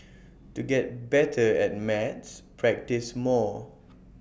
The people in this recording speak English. to get better at maths practise more